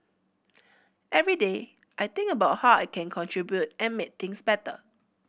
every day I think about how I can contribute and make things better